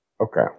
Okay